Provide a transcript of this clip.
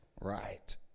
right